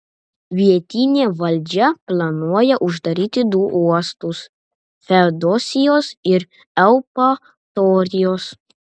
vietinė valdžia planuoja uždaryti du uostus feodosijos ir eupatorijos